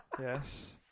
Yes